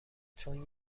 چون